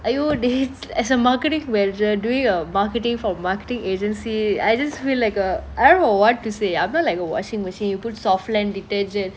!aiyo! டேய் :dei as a marketing major doing your marketing for marketing agency I just feel like a I don't know what to say I feel like a washing machine you put Softland detergent